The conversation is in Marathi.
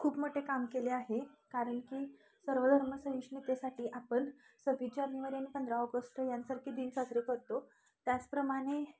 खूप मोठे काम केले आहे कारण की सर्वधर्मसहिष्णुतेसाठी आपण सव्वीस जानेवारी आणि पंधरा ऑगस्ट यांसारखे दिन साजरे करतो त्याचप्रमाणे